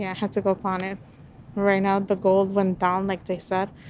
yeah had to go on it right now. the gold went down like they said.